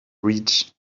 reached